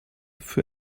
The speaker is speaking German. für